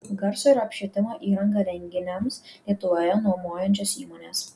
garso ir apšvietimo įrangą renginiams lietuvoje nuomojančios įmonės